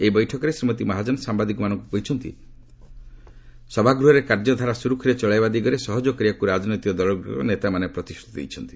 ଏହି ବୈଠକ ଶ୍ରୀମତୀ ମହାଜନ ସାମ୍ଭାଦିକମାନଙ୍କୁ କହିଛନ୍ତି ସଭାଗୃହରେ କାର୍ଯ୍ୟଧାରା ସୁରୁଖୁରୁରେ ଚଳାଇବା ଦିଗରେ ସହଯୋଗ କରିବାକୁ ରାଜନୈତିକ ଦଳଗୁଡ଼ିକର ନେତାମାନେ ପ୍ରତିଶ୍ରତି ଦେଇଛନ୍ତି